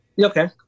Okay